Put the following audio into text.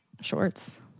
shorts